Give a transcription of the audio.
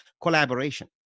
collaboration